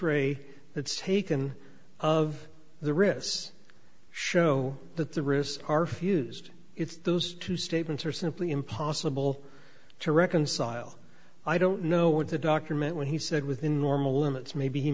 that's taken of the wrist show that the wrists are fused it's those two statements are simply impossible to reconcile i don't know what the doctor meant when he said within normal limits maybe he